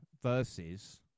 versus